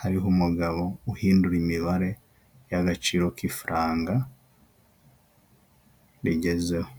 hariho umugabo uhindura imibare y'agaciro k'ifaranga rigezeho.